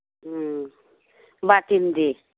ꯎꯝ ꯕꯥꯇꯤꯟꯗꯤ